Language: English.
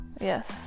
Yes